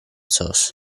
source